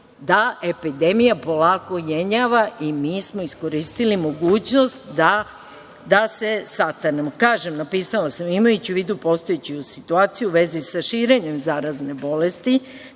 da epidemija polako jenjava i mi smo iskoristili mogućnost da se sastanemo. Napisala sam: "Imajući u vidu postojeću situaciju u vezi sa širenjem zarazne bolesti